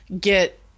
get